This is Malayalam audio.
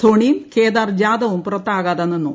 ധോണിയും കേദാർ ജാദവും പുറത്താകാതെനിന്നു